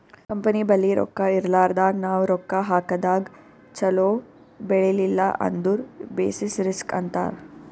company ಬಲ್ಲಿ ರೊಕ್ಕಾ ಇರ್ಲಾರ್ದಾಗ್ ನಾವ್ ರೊಕ್ಕಾ ಹಾಕದಾಗ್ ಛಲೋ ಬೆಳಿಲಿಲ್ಲ ಅಂದುರ್ ಬೆಸಿಸ್ ರಿಸ್ಕ್ ಅಂತಾರ್